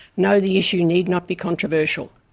know the issue need not be controversial.